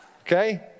Okay